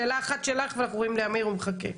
שאלה אחת שלך ואנחנו עוברים לאמיר, הוא מחכה.